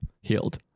healed